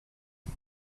pas